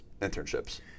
internships